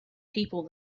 people